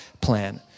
plan